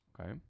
Okay